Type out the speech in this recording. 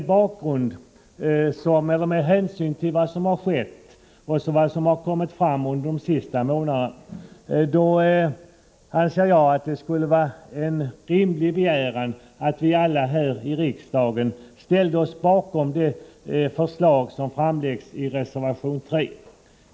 Med hänsyn till vad som har kommit fram under de senaste månaderna anser jag att det skulle vara en rimlig begäran att vi alla här i riksdagen ställde oss bakom det förslag som framläggs i reservation 3.